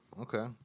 Okay